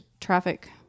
traffic